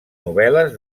novel·les